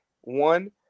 One